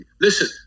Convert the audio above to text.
listen